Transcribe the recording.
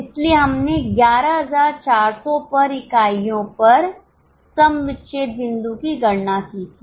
इसलिए हमने 11400 पर इकाइयों पर सम विच्छेद बिंदु की गणना की थी